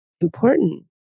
important